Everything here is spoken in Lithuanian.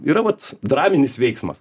yra vat draminis veiksmas